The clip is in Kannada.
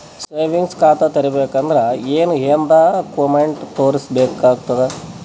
ಸೇವಿಂಗ್ಸ್ ಖಾತಾ ತೇರಿಬೇಕಂದರ ಏನ್ ಏನ್ಡಾ ಕೊಮೆಂಟ ತೋರಿಸ ಬೇಕಾತದ?